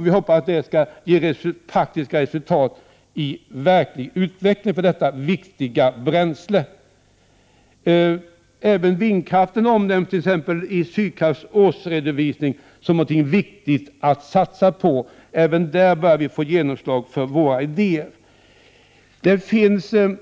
Vi hoppas att detta skall ge faktiska resultat i verklig utveckling när det gäller dessa viktiga bränslen. Även vindkraften omnämns i t.ex. Sydkrafts årsredovisning som någonting som det är viktigt att satsa på. Även därvidlag börjar vi få genomslag för våra idéer. Utöver det som behandlas